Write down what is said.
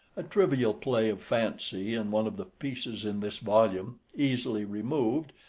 a trivial play of fancy in one of the pieces in this volume, easily removed,